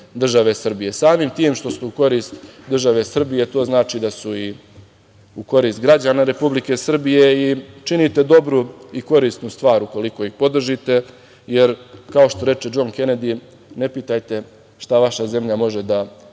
samim tim što su u korist države Srbije, to znači da su i u korist građana Republike Srbije i činite dobru i korisnu stvar ukoliko ih podržite, jer, kao što reče Džon Kenedi "Ne pitajte šta vaša zemlja može da